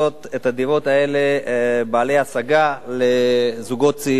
את הדירות האלה בנות-השגה לזוגות צעירים,